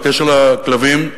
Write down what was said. בקשר לכלבים,